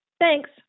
Thanks